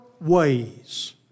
ways